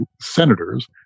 senators